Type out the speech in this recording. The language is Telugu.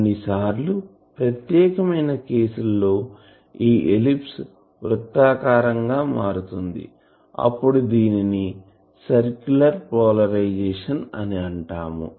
కొన్ని సార్లు ప్రత్యేకమైన కేసుల లో ఈ ఎలిప్స్ వృత్తాకారం గా మారుతుంది అప్పుడు దీనిని సర్కులర్ పోలరైజేషన్ అని అంటాము